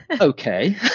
okay